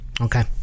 Okay